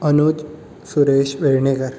Anuj Suresh Vernekar